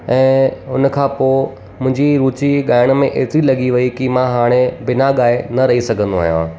ऐं हुन खां पोइ मुंहिंजी रूची गाइण में एतिरी लॻी वेई की मां हाणे बिना गाए न रही सघंदो आहियां